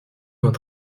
vingt